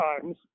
times